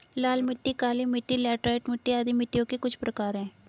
लाल मिट्टी, काली मिटटी, लैटराइट मिट्टी आदि मिट्टियों के कुछ प्रकार है